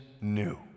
new